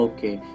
Okay